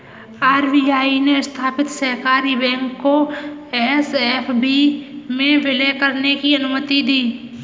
RBI ने स्थापित सहकारी बैंक को एस.एफ.बी में विलय करने की अनुमति दी